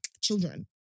children